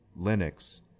Linux